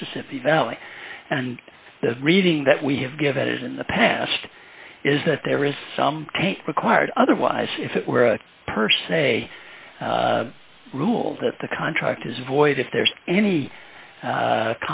mississippi valley and the reading that we have given is in the past is that there is some tape required otherwise if it were a per se rule that the contract is void if there's any